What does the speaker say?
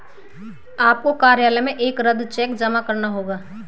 आपको कार्यालय में एक रद्द चेक जमा करना होगा